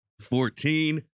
fourteen